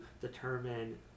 determine